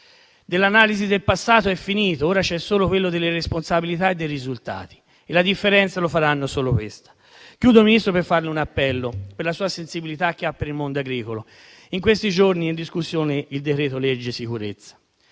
dell'analisi del passato è finito; ora c'è solo quello delle responsabilità e dei risultati, e la differenza lo farà solo questo. Concludo, signor Ministro, rivolgendole un appello per la sensibilità che ha per il mondo agricolo. In questi giorni è in discussione il decreto-legge sicurezza.